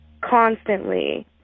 constantly